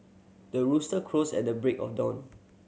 the rooster crows at the break of dawn